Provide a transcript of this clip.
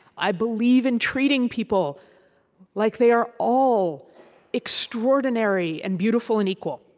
i believe in treating people like they are all extraordinary and beautiful and equal.